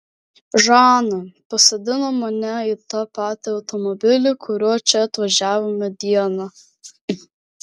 žana pasodino mane į tą patį automobilį kuriuo čia atvažiavome dieną